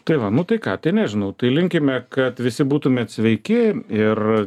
tai va nu tai ką tai nežinau tai linkime kad visi būtumėt sveiki ir